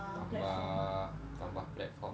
tambah tambah platform